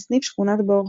בסניף שכונת בורוכוב.